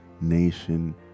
nation